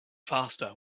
faster